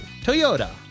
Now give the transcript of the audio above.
Toyota